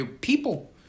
People